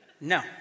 No